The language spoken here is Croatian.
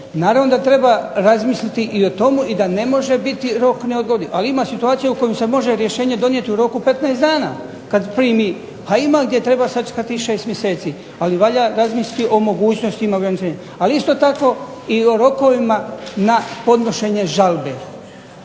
naravno da treba razmisliti o tome i da ne može biti rok neodgodiv. Ali ima u situacija u kojem se može rješenje donijeti u roku 15 dana, ima gdje treba sačekati 6 mjeseci, treba razmisliti o mogućnostima ograničenja. Ali isto tako i o rokovima na podnošenje žalbe.